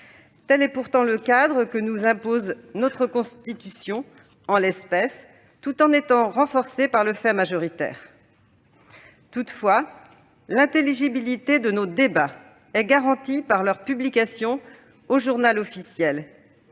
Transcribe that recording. Tel est pourtant le cadre que nous impose la Constitution, et le phénomène est renforcé par le fait majoritaire. Toutefois, l'intelligibilité de nos débats est garantie par leur publication au. À défaut